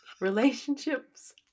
Relationships